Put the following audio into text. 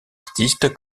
artistes